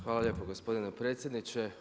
Hvala lijepo gospodine predsjedniče.